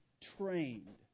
trained